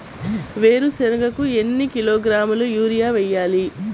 వేరుశనగకు ఎన్ని కిలోగ్రాముల యూరియా వేయాలి?